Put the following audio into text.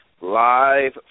live